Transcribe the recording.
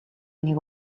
нэг